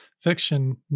fiction